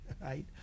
right